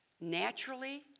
naturally